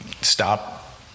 stop